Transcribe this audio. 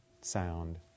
sound